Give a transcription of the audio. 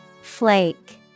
Flake